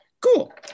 Cool